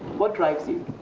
what drives you?